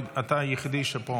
אתה היחידי פה.